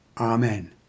Amen